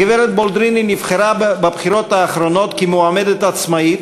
הגברת בולדריני נבחרה בבחירות האחרונות כמועמדת עצמאית